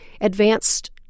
advanced